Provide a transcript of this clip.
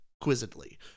quizzically